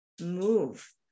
move